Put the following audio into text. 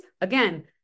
again